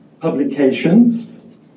publications